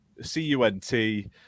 C-U-N-T